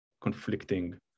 conflicting